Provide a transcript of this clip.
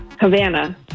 Havana